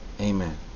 Amen